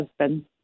husband